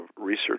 research